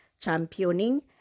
championing